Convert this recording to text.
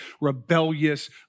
rebellious